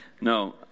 No